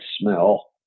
smell